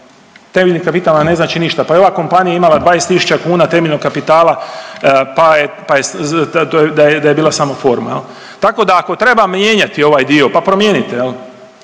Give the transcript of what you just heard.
temeljni kapital vam ne znači ništa, pa i ova kompanija je imala 20 tisuća kuna temeljnog kapitala, pa je, pa je, to je da je, da je bila samo forma jel. Tako da ako treba mijenjati ovaj dio, pa promijenite jel,